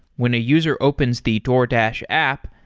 when a user opens the doordash app,